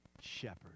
shepherd